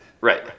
Right